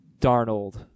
Darnold